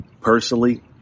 personally